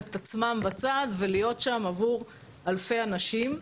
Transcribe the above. את עצמם בצד ולהיות שם למען אלפי אנשים.